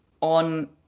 on